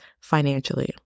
financially